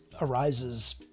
arises